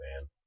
man